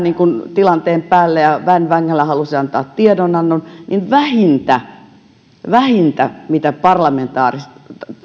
tilanteen päälle ja väen vängällä halusi antaa tiedonannon että vähintä vähintä mitä parlamentaarisessa